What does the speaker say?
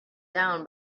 down